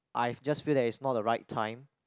I've just feel that it's not the right time